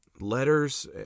letters